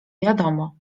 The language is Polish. wiadomo